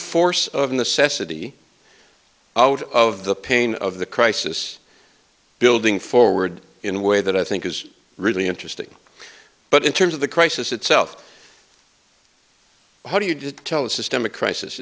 force of in the sesame out of the pain of the crisis building forward in a way that i think is really interesting but in terms of the crisis itself how do you tell a systemic crisis